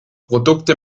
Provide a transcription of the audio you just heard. produkte